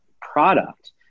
product